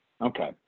Okay